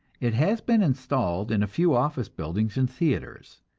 it has been installed in a few office buildings and theaters.